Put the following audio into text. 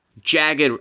jagged